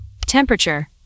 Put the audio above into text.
Temperature